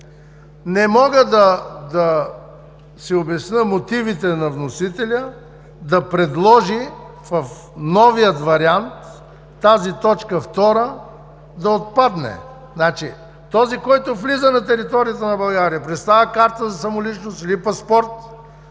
Не мога да си обясня мотивите на вносителя да предложи в новия вариант тази т. 2 да отпадне. Този, който влиза на територията на Република България, представя карта за самоличност или паспорт,